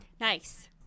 Nice